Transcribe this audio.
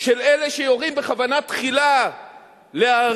של אלה שיורים בכוונה תחילה לערים,